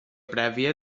prèvia